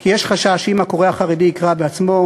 כי יש חשש שאם הקורא החרדי יקרא בעצמו